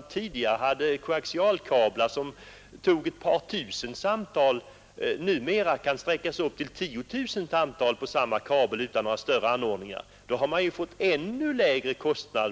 Med de tidigare koaxialkablarna kunde man exempelvis expediera ett par tusen samtal samtidigt, men numera kan man ta tiotusen samtal på samma kabel utan några större anordningar. Kostnaderna